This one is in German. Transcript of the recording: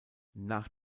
nach